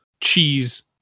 cheese